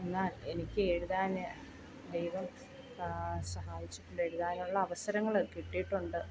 എന്നാൽ എനിക്ക് എഴുതാൻ ദൈവം ആ സഹായിച്ചിട്ടുണ്ട് എഴുതാനുള്ള അവസരങ്ങൾ കിട്ടിയിട്ടുണ്ട്